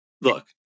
look